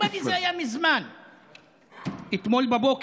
הוא אומר לי: זה היה מזמן, זה, אתמול בבוקר.